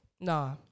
Nah